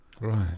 Right